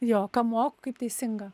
jo ką moku kaip teisinga